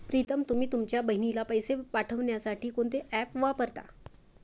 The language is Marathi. प्रीतम तुम्ही तुमच्या बहिणीला पैसे पाठवण्यासाठी कोणते ऍप वापरता?